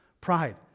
Pride